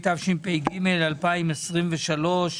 התשפ"ג-2023,